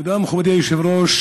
תודה, מכובדי היושב-ראש.